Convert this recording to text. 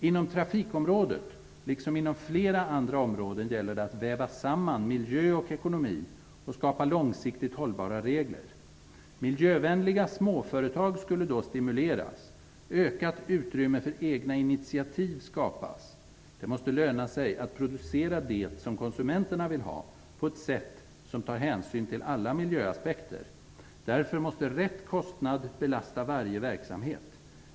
Inom trafikområdet, liksom inom flera andra områden, gäller det att väva samman miljö och ekonomi och skapa långsiktigt hållbara regler. Miljövänliga småföretag skulle då stimuleras och ökat utrymme för egna initiativ skapas. Det måste löna sig att producera det som konsumenterna vill ha på ett sätt som tar hänsyn till alla miljöaspekter. Därför måste rätt kostnad belasta varje verksamhet.